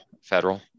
federal